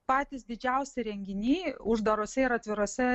patys didžiausi renginiai uždarose ir atvirose